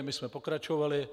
My jsme pokračovali.